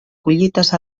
collites